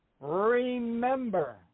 Remember